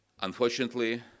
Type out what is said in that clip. Unfortunately